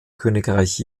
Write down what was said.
königreich